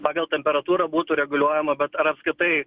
pagal temperatūrą būtų reguliuojama bet ar apskritai